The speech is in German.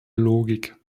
logik